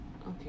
okay